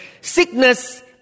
Sickness